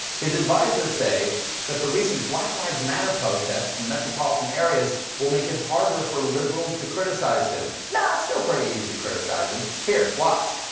his advisers say that the recent black lives matter protests in metropolitan areas will make it harder for liberals to criticize him. no, it's still easy to criticize him. here, watch!